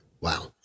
Wow